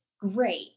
great